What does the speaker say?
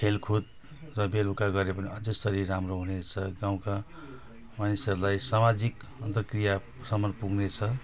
खेलकुद र बेलुका गऱ्यो भने अझै शरीर राम्रो हुनेछ गाउँका मानिसहरूलाई सामाजिक अन्तरक्रियासम्म पुग्नेछ